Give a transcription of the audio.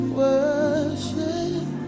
worship